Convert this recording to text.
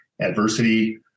adversity